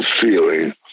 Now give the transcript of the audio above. feeling